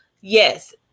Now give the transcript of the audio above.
yes